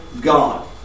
God